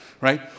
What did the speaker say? right